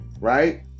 right